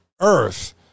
Earth